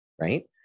right